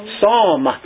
psalm